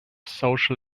social